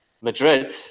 Madrid